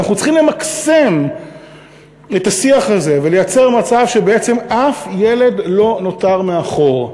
אנחנו צריכים למקסם את השיח הזה ולייצר מצב שבעצם אף ילד לא נותר מאחור,